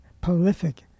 prolific